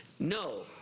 No